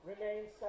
remains